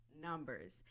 numbers